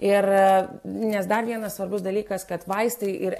ir nes dar vienas svarbus dalykas kad vaistai ir